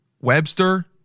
Webster